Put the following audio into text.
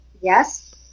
Yes